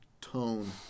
tone